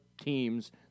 teams